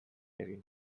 egin